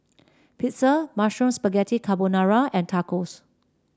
Pizza Mushroom Spaghetti Carbonara and Tacos